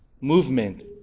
movement